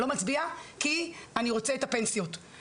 לא מצביע כי אני רוצה את הפנסיות,